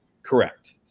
correct